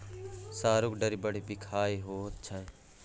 सरुक डारि बड़ बिखाह होइत छै